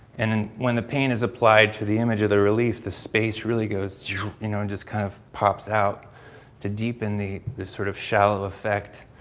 and then when the paint is applied to the image of the relief, the space really goes you know and it just kind of pops out to deepen the this sort of shallow effect.